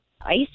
ice